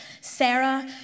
Sarah